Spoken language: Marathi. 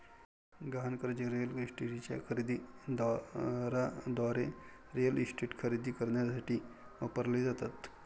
गहाण कर्जे रिअल इस्टेटच्या खरेदी दाराद्वारे रिअल इस्टेट खरेदी करण्यासाठी वापरली जातात